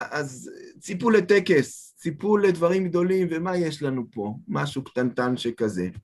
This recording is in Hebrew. אז ציפו לטקס, ציפו לדברים גדולים, ומה יש לנו פה? משהו קטנטן שכזה.